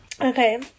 Okay